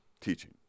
teaching